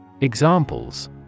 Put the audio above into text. Examples